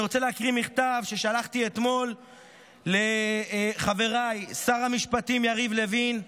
אני רוצה להקריא מכתב ששלחתי אתמול לחבריי שר המשפטים יריב לוין,